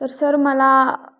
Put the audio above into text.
तर सर मला